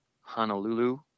Honolulu